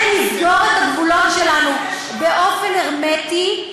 כן לסגור את הגבולות שלנו באופן הרמטי,